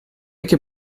эти